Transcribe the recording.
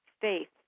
faith